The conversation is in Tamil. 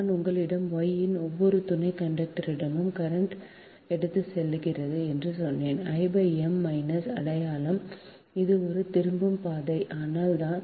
நான் உங்களிடமும் Y இன் ஒவ்வொரு துணை கண்டக்டர்ரிடமும் கரண்ட் எடுத்துச் செல்கிறது என்று சொன்னேன் I m மைனஸ் அடையாளம் அது ஒரு திரும்பும் பாதை அதனால் தான் I m